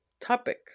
topic